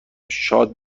شاد